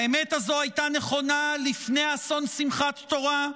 האמת הזו הייתה נכונה לפני אסון שמחת תורה,